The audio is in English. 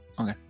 Okay